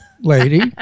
lady